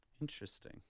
Interesting